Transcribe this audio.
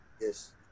Yes